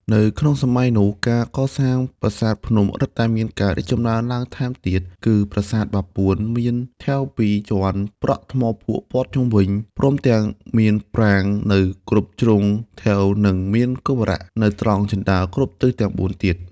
នៅក្នុងសម័យនោះ ការកសាងប្រាសាទភ្នំរិតតែមានការរីកចម្រើនឡើងថែមទៀត គឺប្រាសាទបាពួនមានថែវពីរជាន់ ប្រក់ថ្មភក់ព័ទ្ធជុំវិញ ព្រមទាំង មានប្រាង្គនៅគ្រប់ជ្រុងថែវ និងមានគោបុរៈនៅត្រង់ជណ្ដើរគ្រប់ទិសទាំងបួនទៀត ។